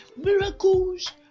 miracles